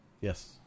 Yes